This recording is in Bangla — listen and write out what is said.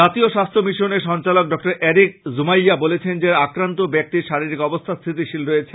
জাতীয় স্বাস্থ্য মিশনের সঞ্চালক ড এরিক জোমাওইয়া বলেছেন যে আক্রান্ত ব্যক্তির শারিরীক অবস্থা স্থিতিশীল রয়েছে